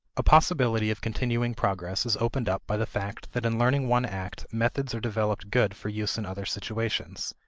a possibility of continuing progress is opened up by the fact that in learning one act, methods are developed good for use in other situations.